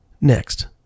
next